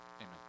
Amen